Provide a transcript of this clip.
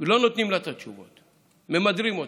ולא נותנים לה את התשובות, ממדרים אותה.